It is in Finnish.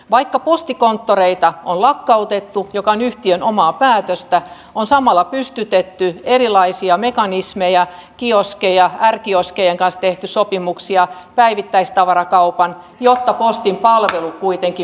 vaikka postikonttoreita on lakkautettu mikä on yhtiön omaa päätöstä on samalla pystytetty erilaisia mekanismeja kioskeja r kioskien kanssa on tehty sopimuksia päivittäistavarakaupan jotta postin palvelu kuitenkin paranisi